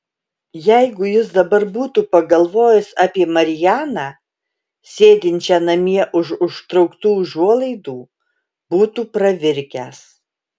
jeigu jis dabar būtų pagalvojęs apie marianą sėdinčią namie už užtrauktų užuolaidų būtų pravirkęs